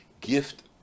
gift